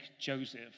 Joseph